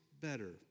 better